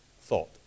thought